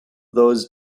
those